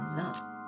love